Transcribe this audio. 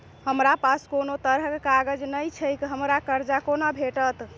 हमरा पास कोनो तरहक कागज नहि छैक हमरा कर्जा कोना भेटत?